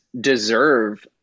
deserve